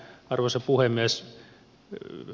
arvoisa puhemies